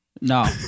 No